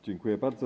Dziękuję bardzo.